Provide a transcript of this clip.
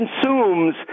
consumes